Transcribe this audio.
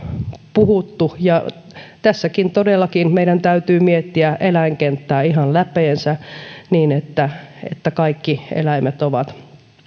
puhuttu ja tässäkin meidän todella täytyy miettiä eläinkenttää ihan läpeensä niin että että kaikki eläimet ovat